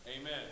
Amen